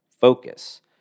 Focus